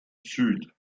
süd